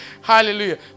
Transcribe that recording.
Hallelujah